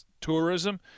tourism